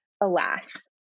alas